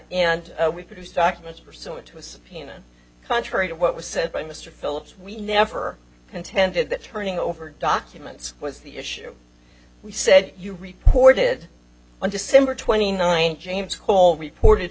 d we produce documents pursuant to a subpoena contrary to what was said by mr philips we never contended that turning over documents was the issue we said you reported on december twenty ninth james hall reported